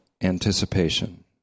anticipation